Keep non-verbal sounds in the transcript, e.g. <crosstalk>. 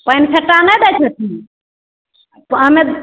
पानि फेटाहा दै छथिन <unintelligible>